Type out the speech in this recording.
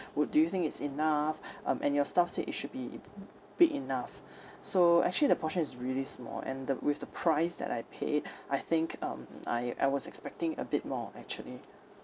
would do you think it's enough um and your staff said it should be big enough so actually the portion is really small and the with the price that I paid I think um I I was expecting a bit more actually